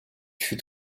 fut